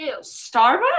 Starbucks